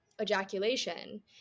ejaculation